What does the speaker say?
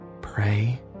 pray